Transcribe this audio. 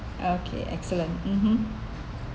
okay excellent mmhmm